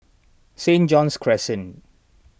Saint John's Crescent